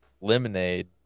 Lemonade